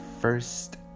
first